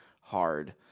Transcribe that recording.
hard